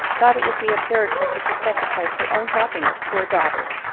thought it? would be absurd for her to sacrifice her own happiness to her daughter's,